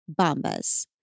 Bombas